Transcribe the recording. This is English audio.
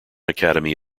academy